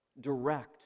direct